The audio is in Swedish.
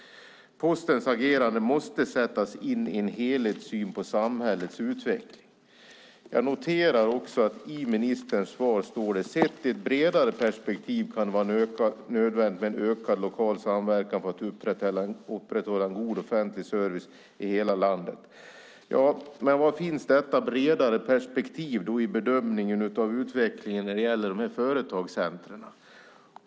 Postens agerande måste sättas in i en helhetssyn på samhällets utveckling. Jag noterar också att det i ministerns svar står: "Sett i ett bredare perspektiv kan det vara nödvändigt med en ökad lokal samverkan för att upprätthålla en god offentlig service i hela landet." Ja, men var finns då detta bredare perspektiv i bedömningen av utvecklingen när det gäller dessa företagscenter?